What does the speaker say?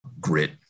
grit